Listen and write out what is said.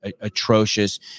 atrocious